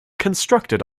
constructed